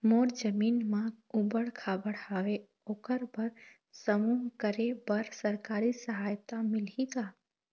मोर जमीन म ऊबड़ खाबड़ हावे ओकर बर समूह करे बर सरकारी सहायता मिलही का?